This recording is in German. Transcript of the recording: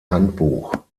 handbuch